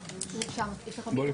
באירופה.